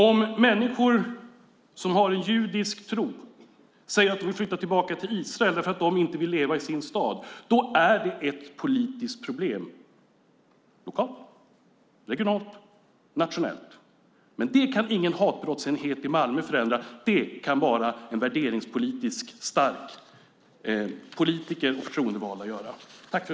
Om människor som har en judisk tro säger att de vill flytta tillbaka till Israel därför att de inte vill leva i sin stad då är det ett politiskt problem lokalt, regionalt och nationellt. Men det kan ingen hatbrottsenhet i Malmö förändra. Det kan bara värderingspolitiskt starka politiker och förtroendevalda göra.